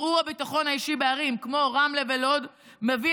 ערעור הביטחון האישי בערים כמו רמלה ולוד מביא